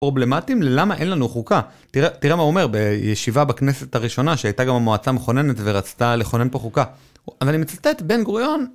פרובלמטים למה אין לנו חוקה, תראה, תראה מה הוא אומר בישיבה בכנסת הראשונה שהייתה גם המועצה המכוננת ורצתה לכונן פה חוקה, אז אני מצטט בן גוריון,